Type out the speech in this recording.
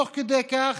תוך כדי כך,